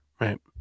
right